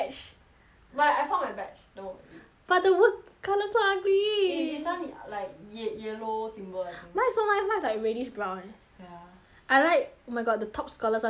but I found my batch don't worry but the wood colour so ugly th~ this time like ye~ yellow timber I think mine's so nice mine's like reddish brown leh ya I like oh my god the top scholars [one's] the black [one] right